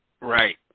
Right